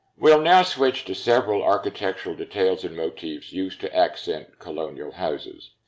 we'll now switch to several architectural details and motifs used to accent colonial houses.